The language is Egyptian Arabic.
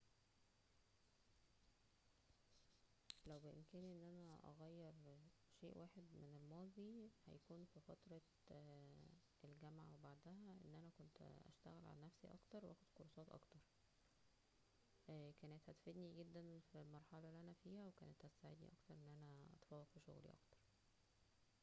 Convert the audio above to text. لو كان بامكانى ان انا اغير شئ واحد من الماضى, هيكون فى فترة الجامعة و- اه ان انا كنت اشتغل على نفسى اكتر و اخد كورسات اكنر, كانن هتفدنى جدا فى المرحلة اللى انا فيها, وكامن هتساعدنى ان انا اتفوق فى شغلى اكتر